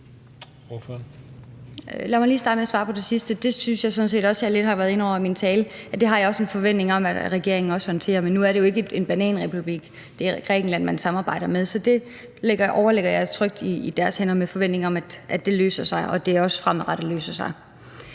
Lad mig lige starte med at svare på det sidste. Det synes jeg sådan set også at jeg lidt har været inde over i min tale, og det har jeg også en forventning om at regeringen håndterer. Men nu er det jo ikke en bananrepublik; det er Grækenland, man samarbejder med. Så det lægger jeg trygt i deres hænder og med en forventning om, at det løser sig, og at det også fremadrettet løser sig,